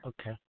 Okay